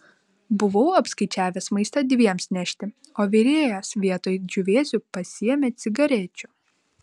buvau apskaičiavęs maistą dviems nešti o virėjas vietoj džiūvėsių pasiėmė cigarečių